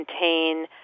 contain